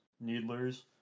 Needler's